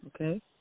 okay